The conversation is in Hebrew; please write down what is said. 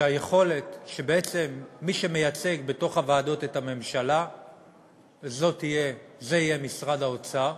שבעצם מי שמייצג בתוך הוועדות את הממשלה יהיה משרד האוצר.